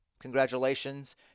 Congratulations